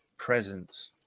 presence